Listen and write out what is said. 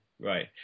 right